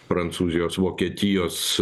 prancūzijos vokietijos